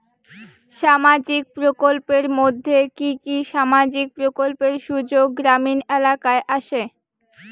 সামাজিক প্রকল্পের মধ্যে কি কি সামাজিক প্রকল্পের সুযোগ গ্রামীণ এলাকায় আসে?